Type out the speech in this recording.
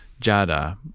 Jada